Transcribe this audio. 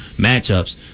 matchups